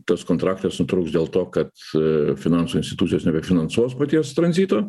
tas kontraktas nutrūks dėl to kad finansų institucijos nebefinansuos paties tranzito